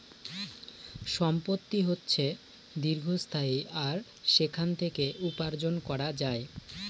সম্পত্তি হচ্ছে দীর্ঘস্থায়ী আর সেখান থেকে উপার্জন করা যায়